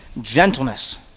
gentleness